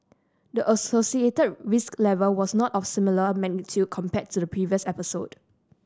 the associated risk level was not of similar magnitude compared to the previous episode